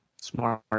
Smart